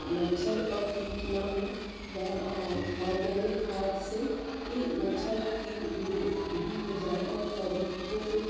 मच्छर और कीट ना हों वह ऑर्गेनिक खाद से ही मच्छर और कीट दूर दूर हो जाऍं और पौधों को कोई